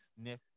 sniff